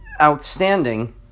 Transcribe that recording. outstanding